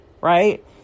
Right